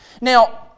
Now